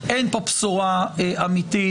אין פה בשורה אמתית.